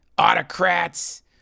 autocrats